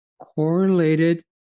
correlated